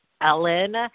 Ellen